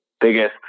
biggest